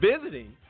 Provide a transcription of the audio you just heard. visiting